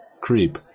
creep